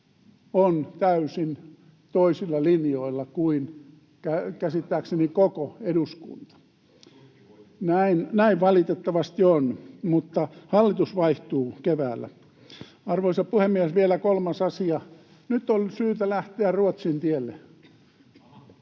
on täysin toisilla linjoilla kuin käsittääkseni koko eduskunta. [Mika Kari: Tuskin kuitenkaan!] Näin valitettavasti on, mutta hallitus vaihtuu keväällä. Arvoisa puhemies, vielä kolmas asia: Nyt on syytä lähteä Ruotsin tielle,